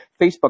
Facebook